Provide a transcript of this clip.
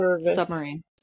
Submarine